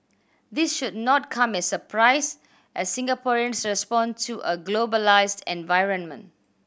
this should not come as surprise as Singaporeans respond to a globalised environment